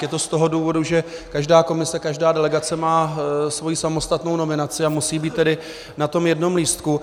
Je to z toho důvodu, že každá komise, každá delegace má svoji samostatnou nominaci a musí být na tom jednom lístku.